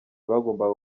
bagombaga